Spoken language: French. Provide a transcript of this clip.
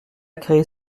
créer